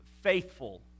faithful